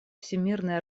всемирной